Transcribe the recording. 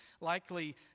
likely